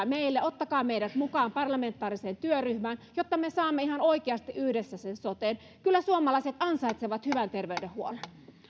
meille ottakaa meidät mukaan parlamentaariseen työryhmään jotta me saamme ihan oikeasti yhdessä sen soten kyllä suomalaiset ansaitsevat hyvän terveydenhuollon